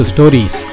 Stories